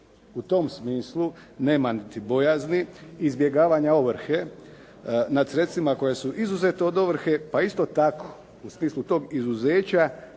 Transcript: U tom smislu nema niti bojazni izbjegavanja ovrhe nad sredstvima koja su izuzeta od ovrhe pa isto tako u smislu tog izuzeća